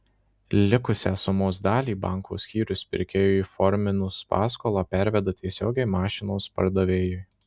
likusią sumos dalį banko skyrius pirkėjui įforminus paskolą perveda tiesiogiai mašinos pardavėjui